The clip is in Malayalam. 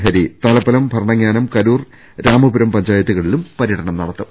ഹരി തലപ്പലം ഭരണങ്ങാനം കരൂർ രാമപുരം പഞ്ചായത്തുകളിലും പരൃടനം നടത്തും